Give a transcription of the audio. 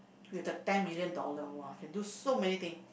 with the ten million dollars !wah! can do many things